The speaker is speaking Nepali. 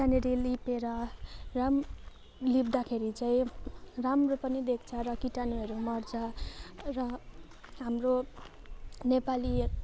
त्यहाँनिर लिपेर राम लिप्दाखेरि चाहिँ राम्रो पनि देख्छ र किटाणुहरू मर्छ र हाम्रो नेपालीहरूले